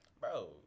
Bro